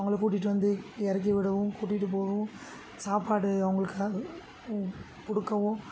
அவங்கள கூட்டிகிட்டு வந்து இறக்கி விடவும் கூட்டிகிட்டு போகவும் சாப்பாடு அவங்களுக்காக கொடுக்கவும்